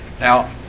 Now